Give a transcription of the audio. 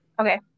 Okay